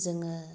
जोङो